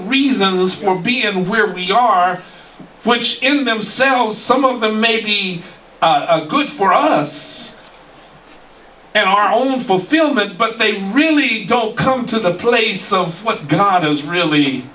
reasons for being and where we are which in themselves some of them maybe good for us and our own fulfillment but they really don't come to the place of what god is really